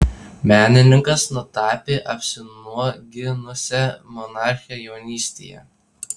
menininkas nutapė apsinuoginusią monarchę jaunystėje